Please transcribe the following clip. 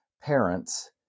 parents